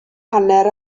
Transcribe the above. hanner